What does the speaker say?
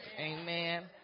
amen